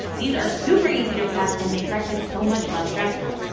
these are super easy to prep and make breakfast so much less stressful.